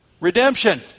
Redemption